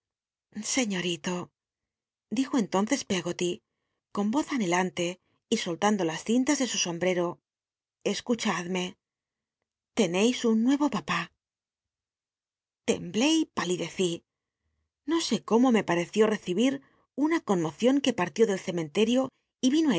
dijo entonces pcggoly con voz anhelante y soltando las cintas de su sombrero escuchadme un nuevo papá temblé y palidecí o sé cómo me pareció recibir una conmocion que partió del cementerio y vino